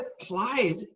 applied